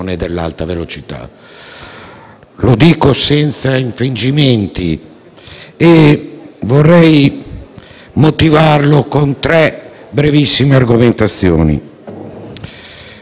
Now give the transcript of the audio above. C'è intanto la necessità di confermare gli accordi internazionali e, da questo punto di vista, c'è un problema di credibilità.